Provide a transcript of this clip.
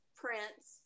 prints